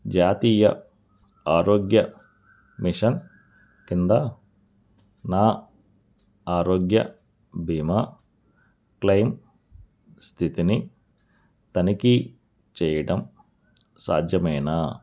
జాతీయ ఆరోగ్య మిషన్ కింద నా ఆరోగ్య బీమా క్లెయిమ్ స్థితిని తనిఖీ చేయడం సాధ్యమేనా